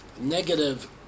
negative